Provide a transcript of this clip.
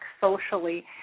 socially